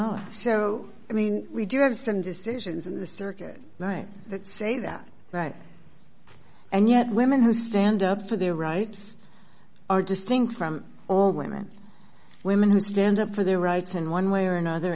a so i mean we do have some decisions in the circuit that say that right and yet women who stand up for their rights are distinct from all women women who stand up for their rights in one way or another